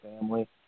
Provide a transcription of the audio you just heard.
family